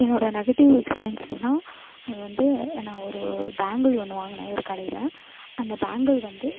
என்னோடய negative experience எதுனால் அது வந்து நான் வந்து ஒரு பேங்குல் ஒன்று வாங்கினேன் ஒரு கடையில் அந்த பேங்குல் வந்து